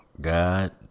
God